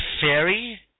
fairy